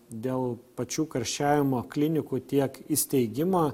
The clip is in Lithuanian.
dėl pačių karščiavimo klinikų tiek įsteigimo